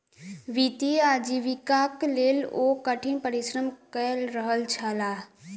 वित्तीय आजीविकाक लेल ओ कठिन परिश्रम कय रहल छलाह